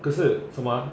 可是什么 ah